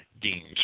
deems